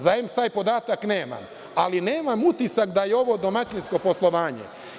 Za EMS taj podatak nemam, ali nemam utisak da je ovo domaćinsko poslovanje.